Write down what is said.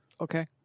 Okay